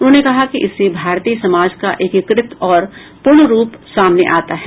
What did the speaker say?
उन्होंने कहा कि इससे भारतीय समाज का एकीकृत और पूर्ण रूप सामने आता है